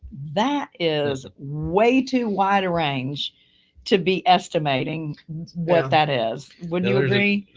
that is way too wide range to be estimating what that is. wouldn't you agree?